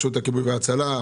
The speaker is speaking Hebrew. רשות הכיבוי וההצלה,